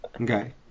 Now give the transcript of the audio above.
okay